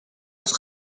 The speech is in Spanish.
los